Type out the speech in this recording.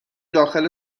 داخل